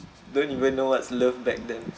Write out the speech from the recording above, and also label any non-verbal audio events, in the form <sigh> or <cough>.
<laughs> don't even know what's love back then